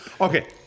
Okay